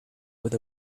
with